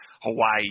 Hawaii